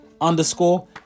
underscore